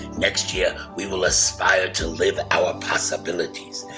next year, we will aspire to live our possibilities.